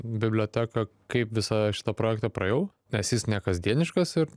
biblioteką kaip visą šitą projektą praėjau nes jis nekasdieniškas ir